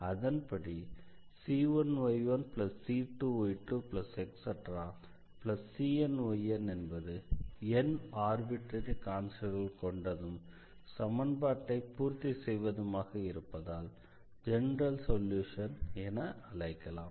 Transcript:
அதன்படி c1y1c2y2⋯cnyn என்பது n arbitrary கான்ஸ்டண்ட்கள் கொண்டதும் சமன்பாட்டை பூர்த்தி செய்வதுமாக இருப்பதால் ஜெனரல் சொல்யூஷன் என அழைக்கலாம்